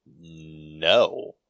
No